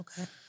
Okay